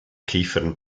kiefern